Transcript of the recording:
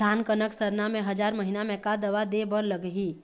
धान कनक सरना मे हजार महीना मे का दवा दे बर लगही?